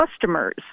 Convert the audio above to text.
customers